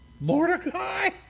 Mordecai